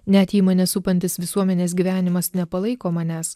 net jei mane supantis visuomenės gyvenimas nepalaiko manęs